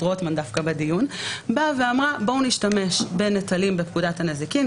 רוטמן בדיון אמרה בואו נשתמש בנטלים בפקודת הנזיקין,